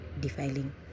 defiling